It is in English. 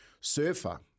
surfer